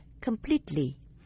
Completely